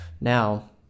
now